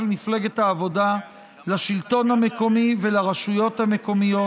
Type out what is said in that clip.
מפלגת העבודה לשלטון המקומי ולרשויות המקומיות